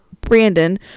Brandon